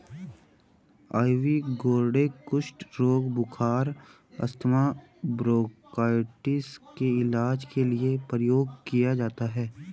ivy gourd कुष्ठ रोग, बुखार, अस्थमा, ब्रोंकाइटिस के इलाज के लिए प्रयोग किया जाता है